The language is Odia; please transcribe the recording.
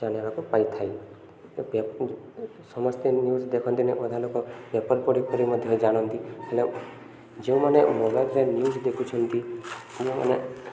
ଜାଣିବାକୁ ପାଇଥାଏ ସମସ୍ତେ ନ୍ୟୁଜ୍ ଦେଖନ୍ତିନି ଅଧା ଲୋକ ପେପର ପଢ଼ିକରି ମଧ୍ୟ ଜାଣନ୍ତି ହେଲେ ଯେଉଁମାନେ ମୋବାଇଲରେ ନ୍ୟୁଜ୍ ଦେଖୁଛନ୍ତି ଯେଉଁମାନେ